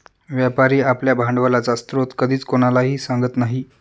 व्यापारी आपल्या भांडवलाचा स्रोत कधीच कोणालाही सांगत नाही